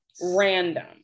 random